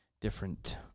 different